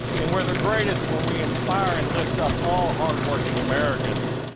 and we're the greatest when we inspire and lift up all hardworking americans,